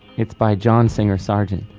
it's by john singer sargent.